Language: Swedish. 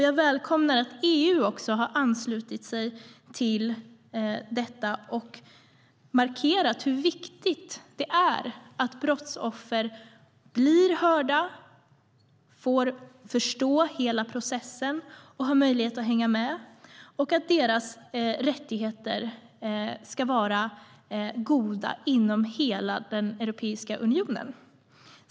Jag välkomnar att EU har anslutit sig till detta och markerat hur viktigt det är att brottsoffer blir hörda, kan förstå hela processen och har möjlighet att hänga med samt att brottsoffers rättigheter ska vara tillgodosedda inom hela Europeiska unionen.